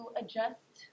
adjust